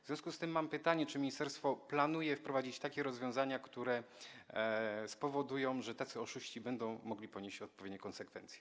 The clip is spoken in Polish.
W związku z tym mam pytanie, czy ministerstwo planuje wprowadzić takie rozwiązania, które spowodują, że tacy oszuści będą mogli ponieść odpowiednie konsekwencje.